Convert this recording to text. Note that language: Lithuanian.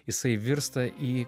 jisai virsta į